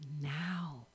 now